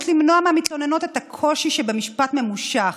למנוע מהמתלוננות את הקושי שבמשפט ממושך